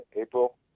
April